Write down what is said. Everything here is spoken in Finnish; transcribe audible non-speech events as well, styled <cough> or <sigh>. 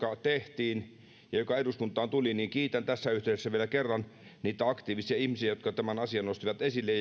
tehtiin ja se eduskuntaan tuli ja kiitän tässä yhteydessä vielä kerran niitä aktiivisia ihmisiä jotka tämän asian nostivat esille <unintelligible>